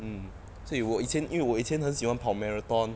mm 所以我以前因为我以前很喜欢跑 marathon